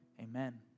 Amen